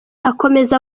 akomeza